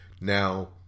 Now